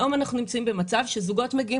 היום אנחנו נמצאים במצב שזוגות מגיעים